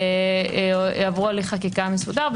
ועברו הליך חקיקה מסודר.